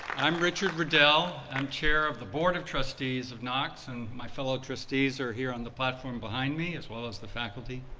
i'm richard riddell, i'm chair of the board of trustees of knox and my fellow trustees are here on the platform behind me, as well as the faculty.